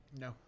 No